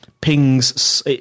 pings